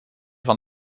van